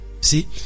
see